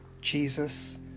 Jesus